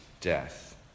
death